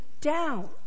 down